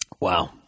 Wow